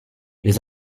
les